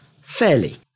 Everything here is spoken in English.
fairly